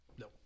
No